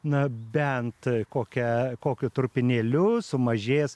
na bent kokia kokiu trupinėliu sumažės